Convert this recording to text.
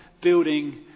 building